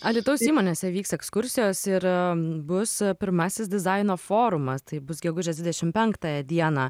alytaus įmonėse vyks ekskursijos ir bus pirmasis dizaino forumas tai bus gegužės dvidešim penktąją dieną